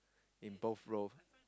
in both roles